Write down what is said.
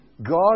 God